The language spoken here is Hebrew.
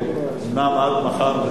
אומנם עד מחר,